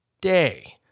day